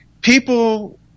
People